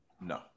No